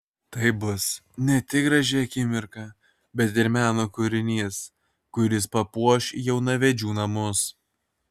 tai bus ne tik graži akimirka bet ir meno kūrinys kuris papuoš jaunavedžių namus